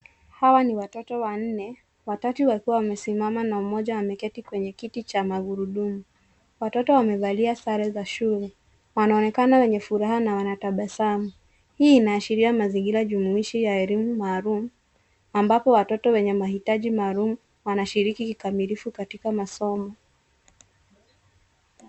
Hawa ni watoto wanne, watatu wakiwa wamesimama na mmoja ameketi kwenye kiti cha magurudumu. Watoto wamevalia sare za shule, wananonekana wenye furaha na wanatabasamu, hii inaashiria mazingira jumuishi ya elimu maalum, ambapo watoto wenye mahitaji maalum wanashiriki kikamilifu katika masomo.